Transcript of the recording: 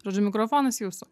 žodžiu mikrofonas jūsų